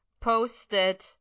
posted